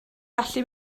gallu